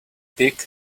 pick